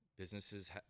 Businesses